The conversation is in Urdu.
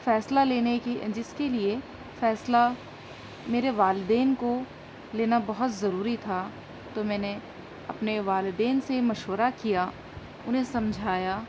فیصلہ لینے کی جس کے لیے فیصلہ میرے والدین کو لینا بہت ضروری تھا تو میں نے اپنے والدین سے مشورہ کیا انہیں سمجھایا